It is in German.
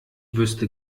wüsste